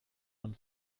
und